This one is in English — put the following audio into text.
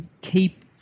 keep